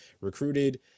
recruited